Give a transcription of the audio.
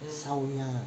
烧鸭